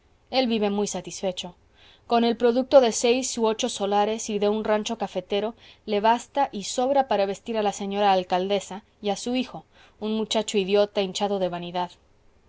el vive muy satisfecho con el producto de seis u ocho solares y de un rancho cafetero le basta y sobra para vestir a la señora alcaldesa y a su hijo un muchacho idiota hinchado de vanidad